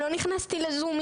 לא נכנסתי לזום,